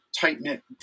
tight-knit